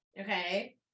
okay